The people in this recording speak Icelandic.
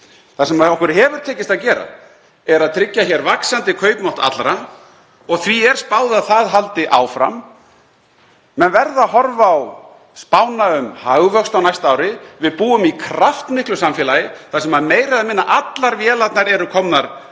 Það sem okkur hefur tekist að gera er að tryggja hér vaxandi kaupmátt allra og því er spáð að það haldi áfram. Menn verða að horfa á spána um hagvöxt á næsta ári. Við búum í kraftmiklu samfélagi þar sem meira eða minna allar vélarnar eru komnar